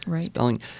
spelling